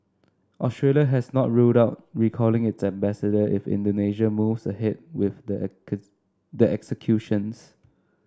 Australia has not ruled out recalling its ambassador if Indonesia moves ahead with the the executions